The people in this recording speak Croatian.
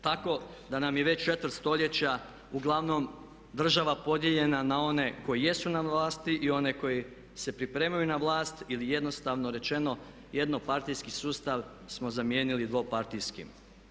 Tako da nam je već četvrt stoljeća uglavnom država podijeljena na one koji jesu na vlasti i one koji se pripremaju na vlast ili jednostavno rečeno jednopartijski sustav smo zamijenili dvopartijskim.